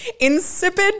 Insipid